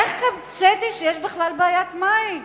איך המצאתי בכלל שיש בעיית מים?